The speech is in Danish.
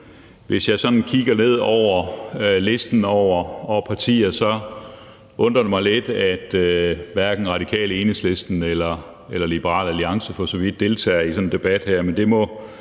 hvis jeg sådan kigger ned over listen over partier, undrer det mig lidt, at hverken Radikale Venstre, Enhedslisten eller Liberal Alliance, for så vidt, deltager i sådan en debat her.